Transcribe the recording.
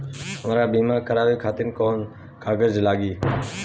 हमरा बीमा करावे खातिर कोवन कागज लागी?